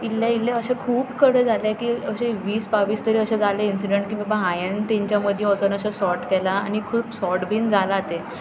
इल्लें इल्लें अशें खूब कडेन जालें की अशी वीस बावीस तरी अशी जाली इंसिडेंट्स की बाबा हांवें तांच्या मदीं अशें वचून सॉर्ट केलां आनी सॉर्ट बी जालां तें